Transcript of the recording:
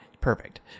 perfect